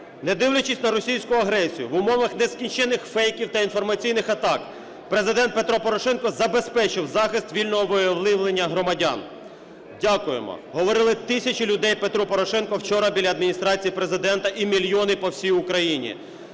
Не дивлячись на російську агресію, в умовах нескінченних фейків та інформаційних атак, Президент Петро Порошенко забезпечив захист вільного волевиявлення громадян. "Дякуємо!" говорили тисячі людей Петру Порошенку вчора біля Адміністрації Президента і мільйони по всій Україні.